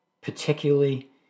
particularly